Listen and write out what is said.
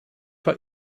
war